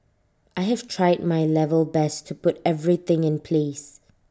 I have tried my level best to put everything in place